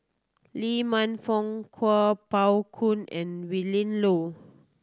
Lee Man Fong Kuo Pao Kun and Willin Low